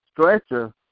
stretcher